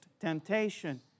temptation